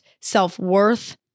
self-worth